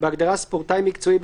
(2)בהגדרה ״ספורטאי מקצועי״,